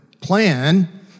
plan